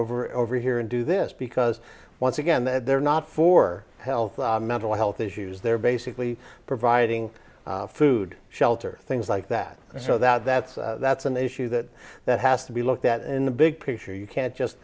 over over here and do this because once again they're not for health mental health issues they're basically providing food shelter things like that so that that's that's an issue that that has to be looked at in the big picture you can't just